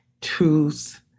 Truth